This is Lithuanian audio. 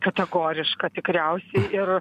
kategoriška tikriausiai ir